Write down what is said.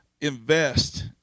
invest